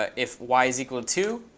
ah if y is equal to two,